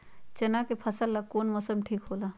चाना के फसल ला कौन मौसम ठीक होला?